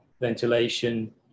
ventilation